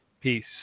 Peace